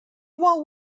while